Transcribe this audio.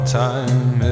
time